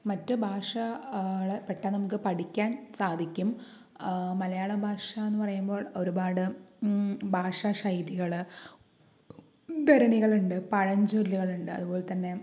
മറ്റു ഭാഷകളെ പെട്ടെന്ന് നമുക്ക് പഠിക്കാൻ സാധിക്കും മലയാളഭാഷ എന്ന് പറയുമ്പോൾ ഒരുപാട് ഭാഷ ശൈദികൾ ഉദ്ധരണികളുണ്ട് പഴഞ്ചൊല്ലുകളുണ്ട് അതുപോലെതന്നെ